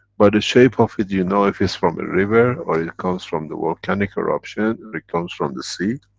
by the shape of it you know, if it is from a river, or it comes from the volcanic eruptions, or it comes from the seed,